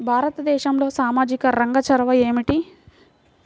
భారతదేశంలో సామాజిక రంగ చొరవ ఏమిటి?